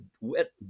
wet